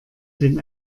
den